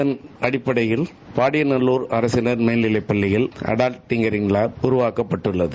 அதன் அடிப்படயில் பாடியநல்லூர் அரசினர் மேல்நிலைப் பள்ளியில் அடல் டிங்கிங் உருவாக்கப்பட்டுள்ளது